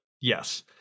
yes